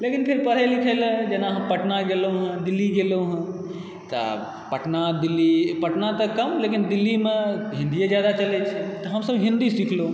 लेकिन फेर पढ़ै लिखै ला जेना हम पटना गेलहुँ दिल्ली गेलहुँ तऽ पटना दिल्ली पटना तऽ कम लेकिन दिल्लीमे हिन्दीए जादा चलै छै तऽ हमसब हिन्दी सिखलहुँ